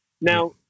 Now